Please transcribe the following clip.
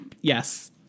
yes